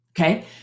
Okay